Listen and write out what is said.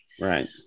right